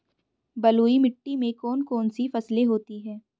बलुई मिट्टी में कौन कौन सी फसलें होती हैं?